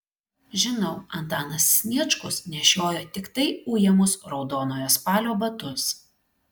žinau antanas sniečkus nešiojo tiktai ujamus raudonojo spalio batus